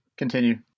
Continue